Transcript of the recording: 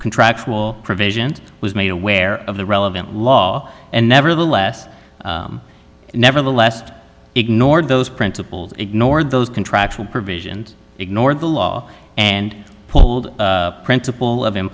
contractual provisions was made aware of the relevant law and nevertheless nevertheless ignored those principles ignored those contractual provisions ignored the law and pulled principle of